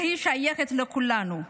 והיא שייכת לכולנו.